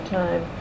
time